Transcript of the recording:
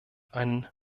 einen